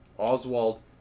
Oswald